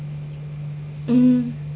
mm